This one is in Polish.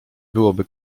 byłoby